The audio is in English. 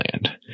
Land